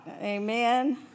Amen